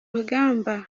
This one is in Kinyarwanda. ruganda